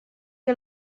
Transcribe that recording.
que